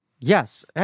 Yes